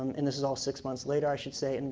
and this all six months later i should say, and